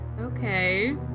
Okay